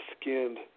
skinned